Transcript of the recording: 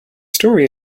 story